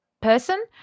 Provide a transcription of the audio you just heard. person